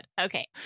Okay